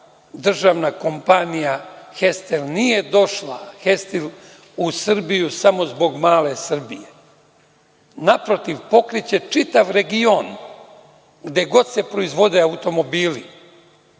državna kompanija „Hestil“ došla u Srbiju samo zbog male Srbije. Naprotiv, pokriće čitav region gde god se proizvode automobili